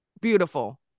beautiful